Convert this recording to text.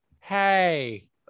hey